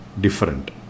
different